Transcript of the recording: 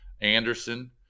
Anderson